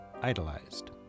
idolized